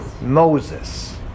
Moses